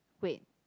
wait